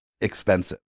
expensive